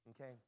Okay